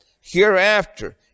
Hereafter